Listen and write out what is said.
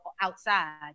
outside